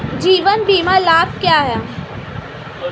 जीवन बीमा लाभ क्या हैं?